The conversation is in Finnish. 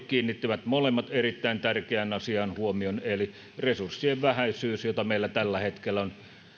kiinnittivät huomion erittäin tärkeään asiaan eli resurssien vähäisyyteen jota meillä tällä hetkellä